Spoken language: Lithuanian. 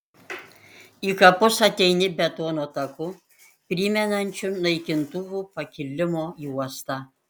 į kapus ateini betono taku primenančiu naikintuvų pakilimo juostą